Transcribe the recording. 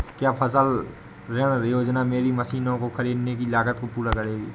क्या फसल ऋण योजना मेरी मशीनों को ख़रीदने की लागत को पूरा करेगी?